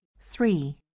three